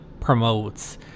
Promotes